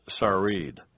Sarid